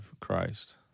christ